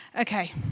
okay